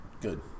Good